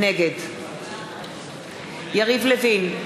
נגד יריב לוין,